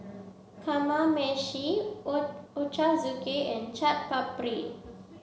Kamameshi Ochazuke and Chaat Papri